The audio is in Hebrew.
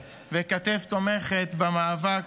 חשוב שנהיה להם אוזן קשבת וכתף תומכת במאבק